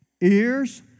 ears